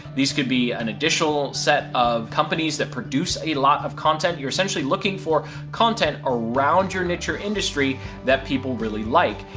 these could be an additional set of companies that produce a lot of content. you're essentially looking for content around your niche or industry that people really like.